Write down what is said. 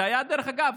שדרך אגב,